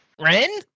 Ren